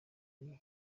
ari